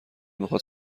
میخاد